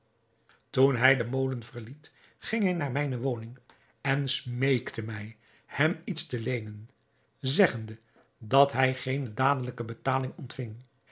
toen hij den molen verliet ging hij naar mijne woning en smeekte mij hem iets te leenen zeggende dat hij geene dadelijke betaling ontving